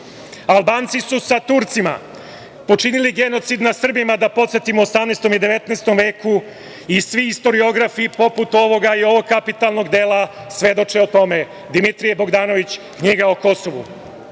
glađu. Albanci su sa Turcima počinili genocid nad Srbima, da podsetim, u 18. i 19. veku i svi istoriografi poput ovoga i ovog kapitalnog dela svedoče o tome, Dimitrije Bogdanović „Knjiga o Kosovu“.U